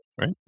right